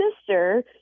sister